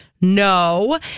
No